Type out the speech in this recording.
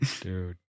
Dude